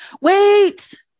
wait